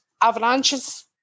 avalanches